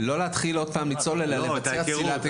לא להתחיל לצלול, אלא לעשות צלילת היכרות.